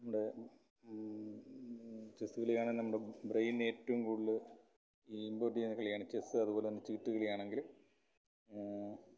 chess കളിയാണ് നമ്മുടെ ബ്രെയിന് ഏറ്റവും കൂടുതൽ ഇമ്പോർട്ട് ചെയ്യുന്ന കളിയാണ് ചെസ്സ് അതുപോലെ തന്നെ ചീട്ടു കളിയാണെങ്കിലും